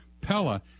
pella